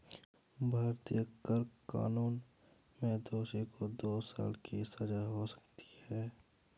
भारतीय कर कानून में दोषी को दो साल की सजा हो सकती है